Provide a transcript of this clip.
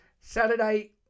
Saturday